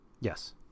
Yes